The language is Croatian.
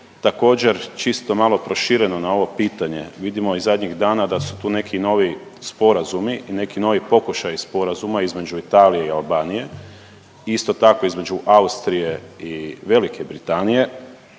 Također čisto malo prošireno na ovo pitanje. Vidimo i zadnjih dana da su tu neki novi sporazumi i neki novi pokušaji sporazuma između Italije i Albanije i isto tako između Austrije i Velike Britanije.